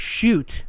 shoot